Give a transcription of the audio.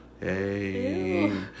Hey